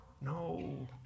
No